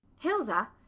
hilda?